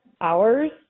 hours